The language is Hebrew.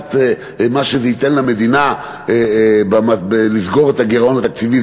מבחינת מה שזה ייתן למדינה כדי לסגור את הגירעון התקציבי,